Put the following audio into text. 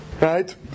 Right